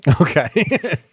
Okay